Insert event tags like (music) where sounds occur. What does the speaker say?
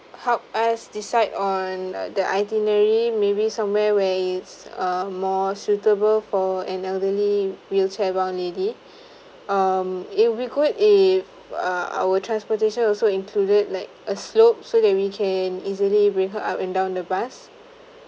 help us decide on uh the itinerary maybe somewhere where is a more suitable for an elderly wheelchair bound lady (breath) um if we could if uh our transportation also included like a slope so that we can easily bring her up and down the bus